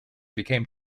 became